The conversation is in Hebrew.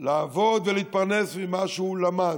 לעבוד ולהתפרנס ממה שהוא למד,